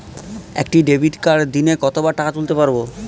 একটি ডেবিটকার্ড দিনে কতবার টাকা তুলতে পারব?